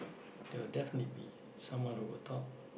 they'll definitely be someone who will talk